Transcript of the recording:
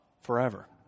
forever